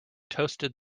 toasted